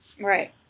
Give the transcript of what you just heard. Right